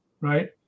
right